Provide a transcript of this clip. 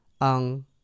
Ang